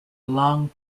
long